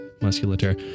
musculature